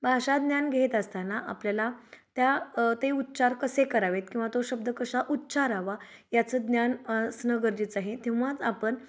भाषा ज्ञान घेत असताना आपल्याला त्या ते उच्चार कसे करावेत किंवा तो शब्द कसा उच्चारावा याचं ज्ञान असणं गरजेचं आहे तेव्हाच आपण